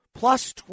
Plus